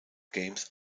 games